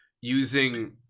using